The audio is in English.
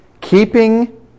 keeping